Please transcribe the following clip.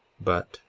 but,